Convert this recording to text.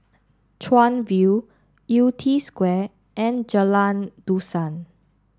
Chuan View Yew Tee Square and Jalan Dusan